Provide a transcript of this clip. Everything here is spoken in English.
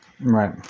Right